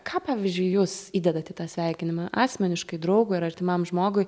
ką pavyzdžiui jūs įdedat į tą sveikinimą asmeniškai draugui ar artimam žmogui